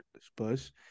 Spurs